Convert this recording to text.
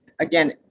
again